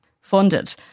funded